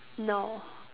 no